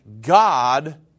God